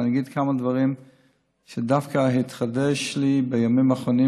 ואני אגיד כמה דברים שדווקא התחדשו לי בימים האחרונים,